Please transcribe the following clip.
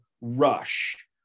rush